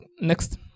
next